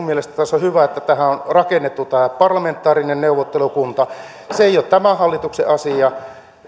mielestäni tässä on hyvä että tähän on rakennettu tämä parlamentaarinen neuvottelukunta se ei ole tämän hallituksen asia